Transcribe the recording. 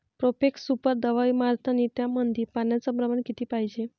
Profex super दवाई मारतानी त्यामंदी पान्याचं प्रमाण किती पायजे?